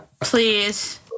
Please